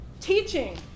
teaching